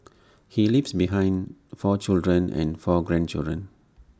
he leaves behind four children and four grandchildren